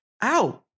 Ow